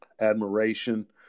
admiration